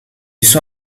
sua